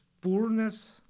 poorness